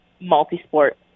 multi-sport